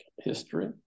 history